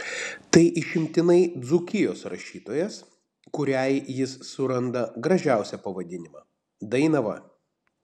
tai išimtinai dzūkijos rašytojas kuriai jis suranda gražiausią pavadinimą dainava